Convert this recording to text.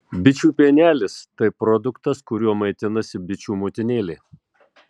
bičių pienelis tai produktas kuriuo maitinasi bičių motinėlė